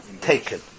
taken